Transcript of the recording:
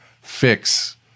fix